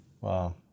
Wow